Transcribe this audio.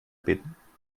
bitten